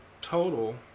total